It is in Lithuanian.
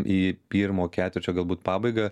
į pirmo ketvirčio galbūt pabaigą